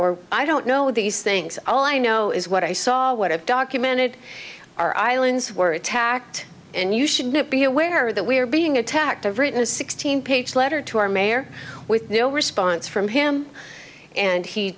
or i don't know these things all i know is what i saw what i've documented are islands were attacked and you should not be aware that we are being attacked i've written a sixteen page letter to our mayor with no response from him and he